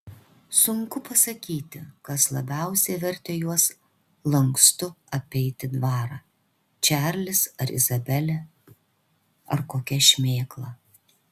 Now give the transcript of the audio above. sunku pasakyti kas labiausiai vertė juos lankstu apeiti dvarą čarlis ar izabelė ar kokia šmėkla